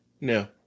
No